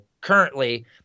currently